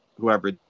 whoever